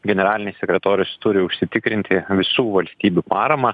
generalinis sekretorius turi užsitikrinti visų valstybių paramą